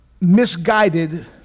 misguided